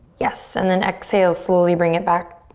yes, and then exhale, slowly bring it back.